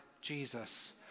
Jesus